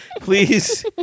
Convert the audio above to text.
please